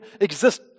exist